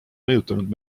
mõjutanud